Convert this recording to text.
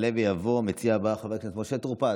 יעלה ויבוא המציע הבא, חבר הכנסת משה טור פז,